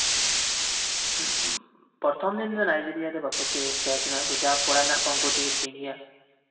ᱯᱨᱚᱛᱷᱚᱢ ᱫᱤᱱ ᱫᱚ ᱱᱟᱭᱡᱮᱨᱤᱭᱟ ᱫᱚ ᱵᱟᱠᱚ ᱪᱟᱹᱭᱭᱟ ᱛᱟᱦᱮᱸ ᱦᱚᱪᱚᱭᱟᱜ ᱠᱚ ᱡᱟ ᱠᱚᱲᱟ ᱢᱮᱱᱟᱜ ᱠᱚᱣᱟ ᱩᱱᱠᱩ ᱛᱮᱜᱮ ᱴᱷᱤᱠ ᱜᱮᱭᱟ